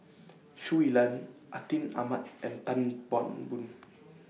Shui Lan Atin Amat and Tan Chan Boon